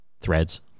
Threads